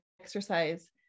exercise